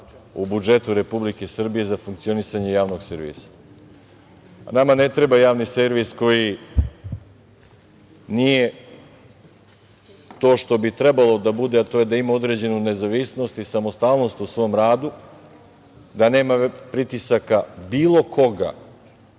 u budžetu Republike Srbije za funkcionisanje javnog servisa. Nama ne treba javni servis koji nije to što bi trebalo da bude, a to je da ima određenu nezavisnost i samostalnost u svom radu, da nema pritisaka bilo koga